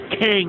King